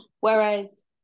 whereas